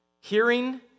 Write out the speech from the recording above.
Hearing